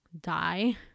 die